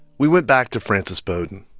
we went back to frances bowden.